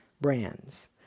brands